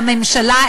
לממשלה,